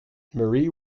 marie